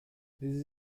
this